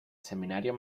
seminario